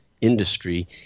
industry